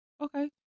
Okay